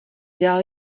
dal